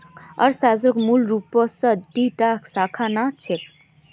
अर्थशास्त्रक मूल रूपस दी टा शाखा मा न छेक